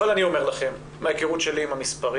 אבל אני אומר לכם מההיכרות שלי עם המספרים